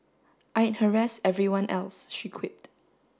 I'd harass everyone else she quipped